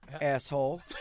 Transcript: asshole